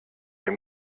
dem